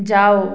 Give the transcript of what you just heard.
जाओ